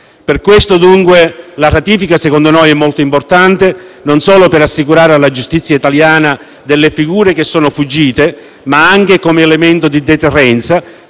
Per questo, dunque, la ratifica, secondo noi, è molto importante, non solo per assicurare alla giustizia italiana delle figure che sono fuggite, ma anche come elemento di deterrenza,